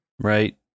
Right